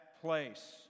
place